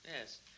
Yes